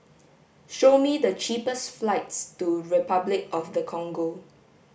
show me the cheapest flights to Repuclic of the Congo